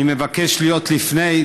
אני מבקש להיות לפני,